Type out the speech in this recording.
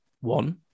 one